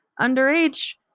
underage